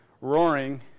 roaring